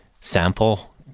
sample